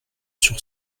sur